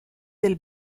del